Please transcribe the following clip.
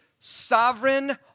sovereign